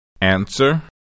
Answer